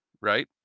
right